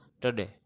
today